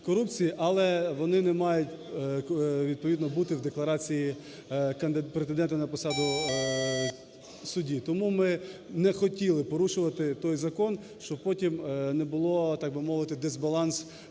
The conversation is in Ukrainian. але вони не мають, відповідно, бути в декларації претендента на посаду судді. Тому ми не хотіли порушувати той закон, щоб потім не було, так